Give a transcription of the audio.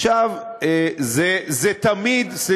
עכשיו, זה תמיד, למה שיקגו?